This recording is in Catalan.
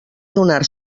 donar